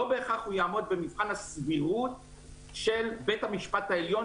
לא בהכרח הוא יעמוד במבחן הסבירות של בית המשפט העליון,